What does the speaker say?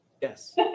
Yes